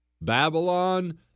Babylon